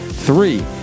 Three